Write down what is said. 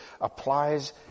applies